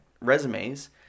resumes